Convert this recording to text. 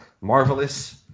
Marvelous